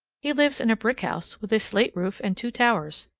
he lives in a brick house with a slate roof and two towers,